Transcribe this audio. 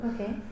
Okay